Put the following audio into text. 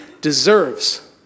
deserves